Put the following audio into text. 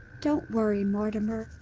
don't worry, mortimer.